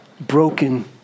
broken